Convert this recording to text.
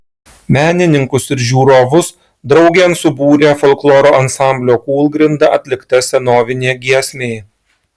menininkus ir žiūrovus draugėn subūrė folkloro ansamblio kūlgrinda atlikta senovinė giesmė